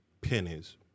pennies